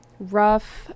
rough